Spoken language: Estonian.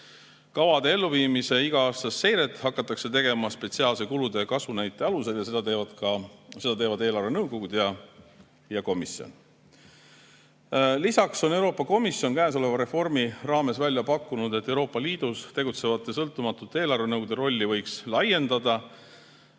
Kavade elluviimise iga-aastast seiret hakatakse tegema spetsiaalse kulude kasvunäitaja alusel ja seda teevad eelarvenõukogud ja Euroopa Komisjon. Lisaks on Euroopa Komisjon käesoleva reformi raames välja pakkunud, et Euroopa Liidus tegutsevate sõltumatute eelarvenõukogude rolli võiks laiendada.